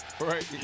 Right